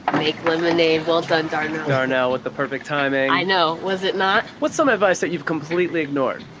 and make lemonade. well done, darnell. darnell with the perfect timing! i know was it not? what's some advice that you've completely ignored?